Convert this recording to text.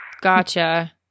Gotcha